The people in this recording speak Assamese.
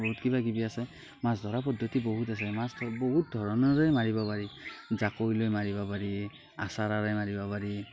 বহুত কিবা কিবি আছে মাছ ধৰা পদ্ধতি বহুত আছে মাছ বহুত ধৰণৰে মাৰিব পাৰি জাকৈ লৈ মাৰিব পাৰি আছাৰাৰে মাৰিব পাৰি